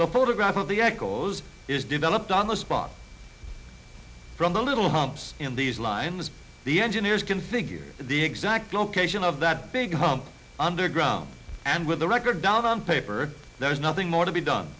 the photograph of the echoes is developed on the spot from the loo little bumps in these lines the engineers can figure the exact location of that big hump underground and with the record down on paper there's nothing more to be done